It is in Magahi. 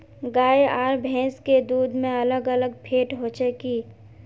गाय आर भैंस के दूध में अलग अलग फेट होचे की?